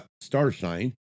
Starshine